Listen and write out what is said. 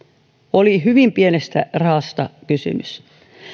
oli hyvin pienestä rahasta kysymys